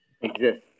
Exist